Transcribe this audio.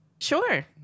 Sure